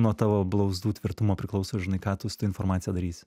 nuo tavo blauzdų tvirtumo priklauso žinai ką tu su ta informacija darysi